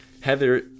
Heather